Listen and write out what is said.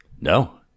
No